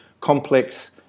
complex